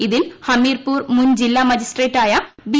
ഇതിൽ ഹമീർപൂർ മുൻ ജില്ലാ മജിസ്ട്രേറ്റായ ബി